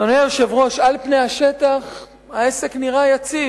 אדוני היושב-ראש, על פני השטח העסק נראה יציב.